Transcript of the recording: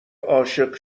عاشق